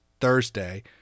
Thursday